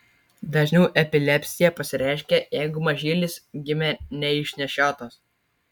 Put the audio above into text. dažniau epilepsija pasireiškia jeigu mažylis gimė neišnešiotas